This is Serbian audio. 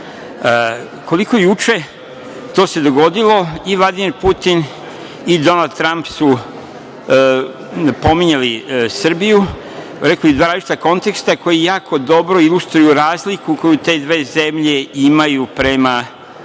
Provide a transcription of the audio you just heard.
Koliko juče, to se dogodilo, i Vladimir Putin i Donald Tramp su pominjali Srbiju, rekli su dva različita konteksta koji jako dobro ilustruju razliku koju te dve zemlje imaju prema Srbiji